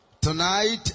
Tonight